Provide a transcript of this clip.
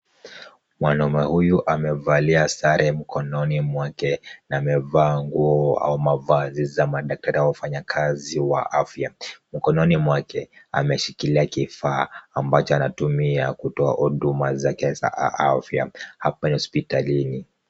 Mwanaume huyu amevalia sare mkononi mwake na amevaa nguo au mavazi za madaktari au wafanyikazi wa afya. Mkononi mwake ameshikilia kifaa ambacho anatumia kutoa huduma zake za afya hapa hospitalini.